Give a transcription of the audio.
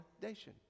foundation